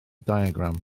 diagram